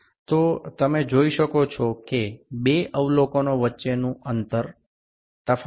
તો તમે જોઈ શકો છો કે બે અવલોકનો વચ્ચેનું અંતર તફાવત 0